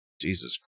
Jesus